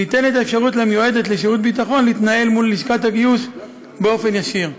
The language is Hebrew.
ניתנת האפשרות למיועדת לשירות ביטחון להתנהל מול לשכת הגיוס באופן ישיר.